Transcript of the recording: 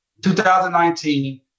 2019